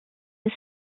des